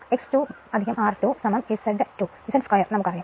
X2 R2 Z 2 നമുക്കറിയാം